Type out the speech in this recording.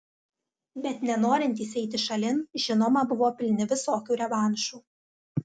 bet nenorintys eiti šalin žinoma buvo pilni visokių revanšų